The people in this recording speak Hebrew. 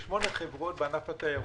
יש שמונה חברות בענף התיירות,